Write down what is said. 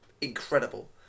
Incredible